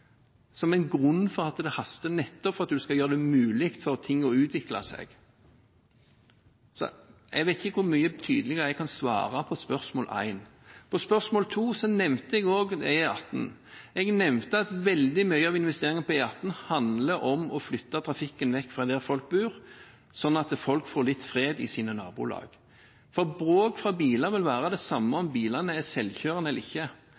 som en grunn til at det haster, nettopp for at vi skal gjøre det mulig for ting å utvikle seg. Jeg vet ikke hvor mye tydeligere jeg kan svare på spørsmål én. På spørsmål to nevnte jeg også E18. Jeg nevnte at veldig mye av investeringene på E18 handler om å flytte trafikken vekk fra der folk bor, sånn at folk får litt fred i sine nabolag, for bråket fra bilene vil være det samme om bilene er selvkjørende eller ikke.